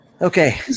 Okay